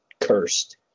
cursed